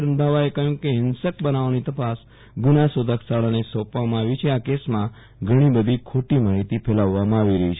રંધાવાએ કહ્યુ કે હિંસક બનાવોની તપાસ ગુનાશોધક શાળાને સોંપવામાં આવી છે આ કેસમાં ઘણી બધી ખોટી માહિતી ફેલાવવામાં આવી રહી છે